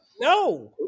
No